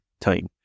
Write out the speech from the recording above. time